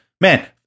Man